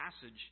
passage